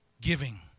giving